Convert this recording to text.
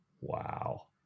wow